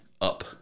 up